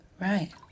Right